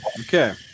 Okay